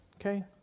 okay